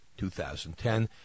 2010